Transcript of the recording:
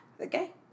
Okay